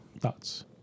Thoughts